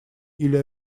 или